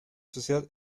sociedad